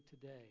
today